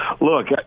Look